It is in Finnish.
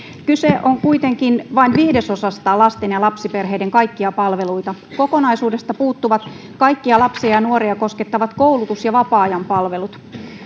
kyse on kuitenkin vain viidesosasta lasten ja lapsiperheiden kaikkia palveluita kokonaisuudesta puuttuvat kaikkia lapsia ja ja nuoria koskettavat koulutus ja vapaa ajan palvelut